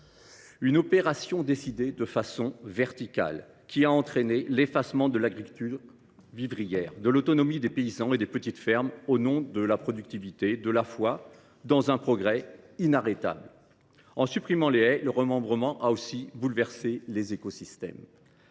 Cette opération, décidée de façon verticale, a entraîné l’effacement de l’agriculture vivrière, restreint l’autonomie des paysans et provoqué la disparition des petites fermes au nom de la productivité, de la foi dans un progrès inarrêtable. En supprimant les haies, le remembrement a aussi bouleversé les écosystèmes.